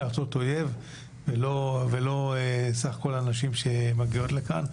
כארצות אויב ולא סך כול הנשים שמגיעות לכאן.